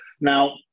Now